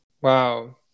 Wow